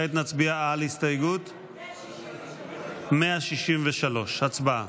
163. כעת נצביע על הסתייגות 163. הצבעה.